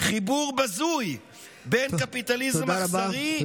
חיבור בזוי בין קפיטליזם אכזרי,